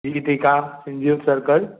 जी जी ठीकु आहे हिनजो सर्कल